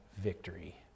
victory